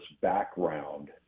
background